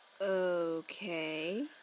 Okay